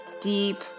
deep